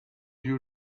you